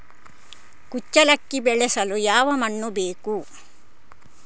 ಕುಚ್ಚಲಕ್ಕಿ ಬೆಳೆಸಲು ಯಾವ ಮಣ್ಣು ಬೇಕು?